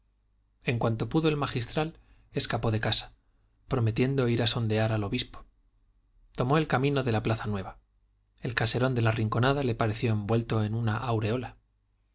en cuanto pudo el magistral escapó de casa prometiendo ir a sondear al obispo tomó el camino de la plaza nueva el caserón de la rinconada le pareció envuelto en una aureola